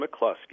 McCluskey